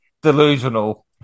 delusional